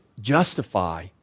justify